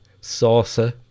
saucer